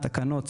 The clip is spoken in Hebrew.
תקנות,